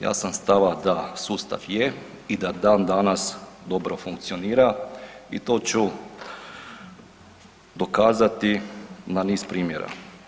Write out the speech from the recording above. Ja sam stava da sustav je i da dan danas dobro funkcionira i to ću dokazati na niz primjera.